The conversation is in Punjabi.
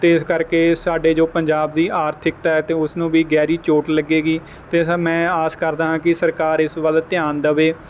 ਅਤੇ ਇਸ ਕਰਕੇ ਸਾਡੇ ਜੋ ਪੰਜਾਬ ਦੀ ਆਰਥਿਕਤਾ ਹੈ ਅਤੇ ਉਸਨੂੰ ਵੀ ਗਹਿਰੀ ਚੋਟ ਲੱਗੇਗੀ ਅਤੇ ਮੈਂ ਆਸ ਕਰਦਾ ਹਾਂ ਕਿ ਸਰਕਾਰ ਇਸ ਵੱਲ ਧਿਆਨ ਦੇਵੇ